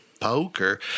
Poker